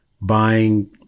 buying